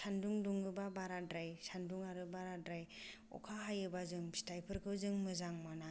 सान्दुं दुङोबा बाराद्राय सान्दुं आरो बाराद्राय अखा हायोबा जों फिथाइफोरखौ जों मोजां मोना